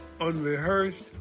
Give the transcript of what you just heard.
unrehearsed